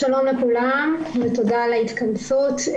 שלום לכולם ותודה על ההתכנסות.